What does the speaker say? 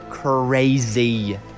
crazy